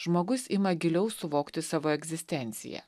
žmogus ima giliau suvokti savo egzistenciją